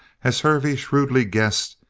as hervey shrewdly guessed,